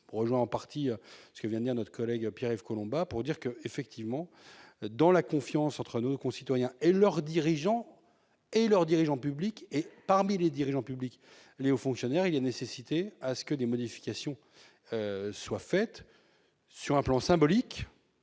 rejoins en partie ce vient à notre collègue Pierre-Yves Collombat pour dire que, effectivement, dans la confiance entre nos concitoyens et leurs dirigeants et leurs dirigeants publics et parmi les dirigeants publics et aux fonctionnaires, il y a nécessité à ce que des modifications soient faites sur un plan symbolique,